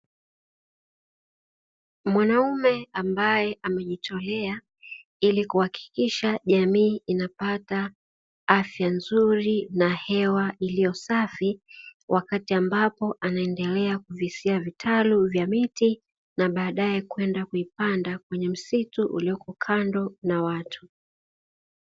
Mwanaume ambae amejitolea ili kuhakikisha jamii inapata afya nzuri na hewa iliyo safi, wakati ambapo anaendelea kuvisia vitalu vya miti na baadae kwenda kuvipanda kwenye msitu ulio karibu na makazi ya watu.